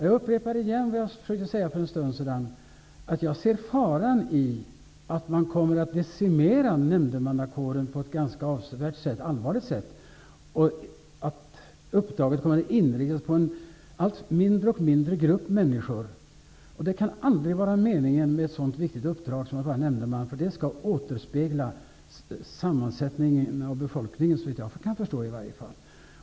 Jag upprepar igen att det finns en fara för att nämndemannakåren avsevärt kommer att decimeras. Uppdraget blir då inriktat på en allt mindre grupp människor, vilket aldrig kan vara meningen med ett sådant viktigt uppdrag. Nämndemannakåren skall återspegla befolkningens sammansättning, såvitt jag kan förstå.